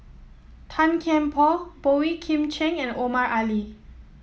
Tan Kian Por Boey Kim Cheng and Omar Ali